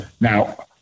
now